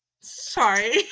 Sorry